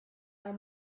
are